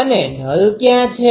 અને નલ ક્યાં છે